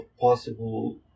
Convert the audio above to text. possible